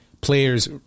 players